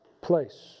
place